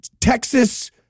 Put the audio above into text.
Texas